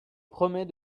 promet